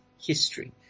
history